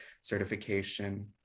certification